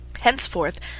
Henceforth